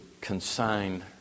consign